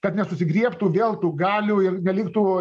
kad nesusigriebtų vėl tų galių ir liktų